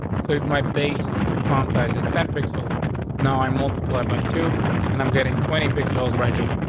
so if my base on sizes ten pixels no, i multiplied by two and i'm getting twenty pixels right here,